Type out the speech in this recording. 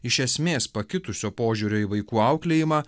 iš esmės pakitusio požiūrio į vaikų auklėjimą